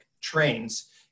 trains